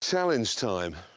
challenge time.